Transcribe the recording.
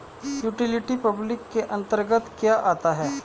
Utility public के अंतर्गत क्या आता है?